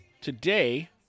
Today